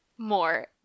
more